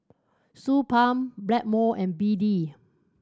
Suu Balm Blackmores and B D